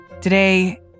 Today